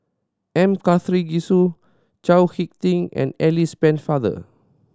M Karthigesu Chao Hick Tin and Alice Pennefather